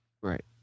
Right